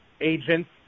agents